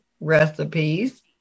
recipes